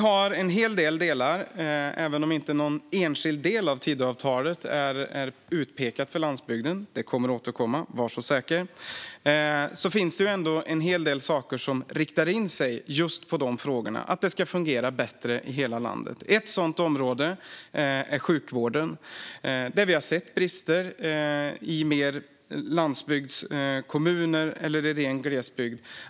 Även om det inte finns någon enskild del i Tidöavtalet som pekar på landsbygden - det kommer att komma, var så säker - finns det ändå en hel del saker som riktar in sig just på att det ska fungera bättre i hela landet. Ett sådant område är sjukvården, där vi har sett brister i landsbygdskommuner eller i ren glesbygd.